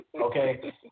okay